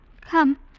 Come